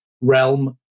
realm